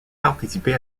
participer